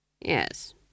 Yes